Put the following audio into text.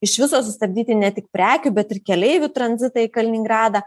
iš viso sustabdyti ne tik prekių bet ir keleivių tranzitą į kaliningradą